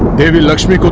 lady lakshmi